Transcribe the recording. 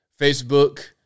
Facebook